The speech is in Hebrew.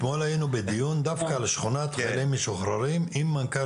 אתמול היינו בדיון דווקא על שכונת חיילים משוחררים עם מנכ"ל